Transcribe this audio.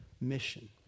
mission